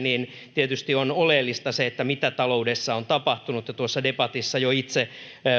tietysti on oleellista se mitä taloudessa on tapahtunut tuossa debatissa jo itse